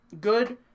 good